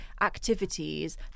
activities